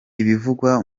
ibivugwa